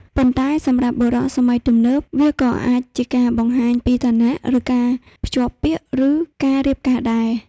ប៉ុន្តែសម្រាប់បុរសសម័យទំនើប វាក៏អាចជាការបង្ហាញពីឋានៈ ឬការភ្ជាប់ពាក្យឬការរៀបការដែរ។